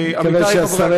עמיתי חברי הכנסת,